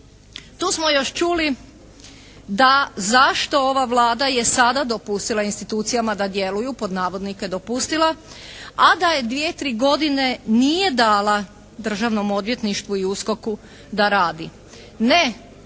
Tu smo još čuli da zašto ova Vlada je sada dopustila institucijama da djeluju pod navodnike "dopustila" a da je dvije-tri godine nije dala Državnom odvjetništvu i USKOK-u da radi. Ne,